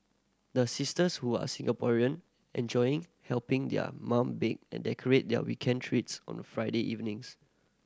the sisters who are Singaporean enjoy helping their mum bake and decorate their weekend treats on Friday evenings